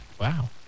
Wow